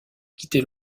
quitté